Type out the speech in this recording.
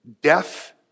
death